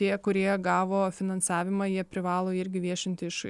tie kurie gavo finansavimą jie privalo irgi viešinti iš